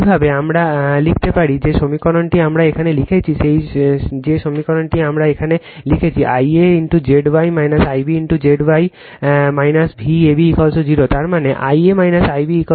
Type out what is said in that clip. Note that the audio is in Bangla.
এইভাবে আমরা লিখতে পারি যে সমীকরণটি আমরা এখানে লিখেছি যে সমীকরণটি আমরা এখানে লিখেছি Ia Zy Ib Zy Vab 0 তার মানে Ia Ib VabZy